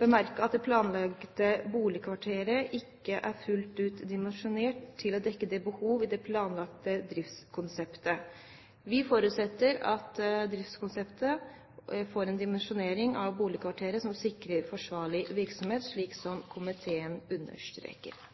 bemerket at det planlagte boligkvarteret ikke er fullt ut dimensjonert til å dekke behovet i det planlagte driftskonseptet. Vi forutsetter at driftskonseptet får en dimensjonering av boligkvarteret som sikrer forsvarlig virksomhet, slik som komiteen understreker.